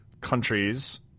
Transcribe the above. countries